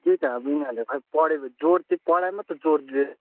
त्यही त अब यिनीहरूले खै पढेको जोड चाहिँ पढाइमा त जोड दिँदैन